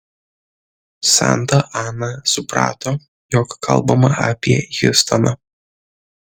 santa ana suprato jog kalbama apie hiustoną